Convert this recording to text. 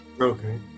Okay